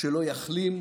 שלא יחלים,